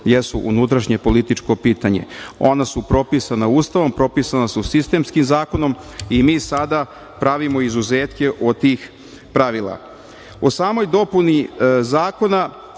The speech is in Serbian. jesu unutrašnje političko pitanje. Ona su propisana Ustavom, propisna su sistemskim zakonom i mi sada pravimo izuzetke od tih pravila.O samoj dopuni zakona,